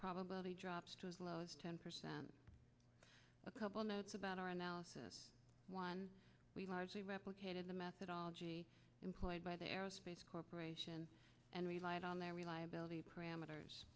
probability drops to as low as ten percent a couple notes about our analysis one we largely replicated the methodology employed by the aerospace corporation and relied on their reliability parameters